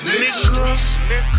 nigga